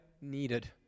needed